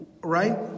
Right